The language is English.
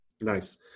Nice